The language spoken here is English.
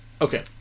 Okay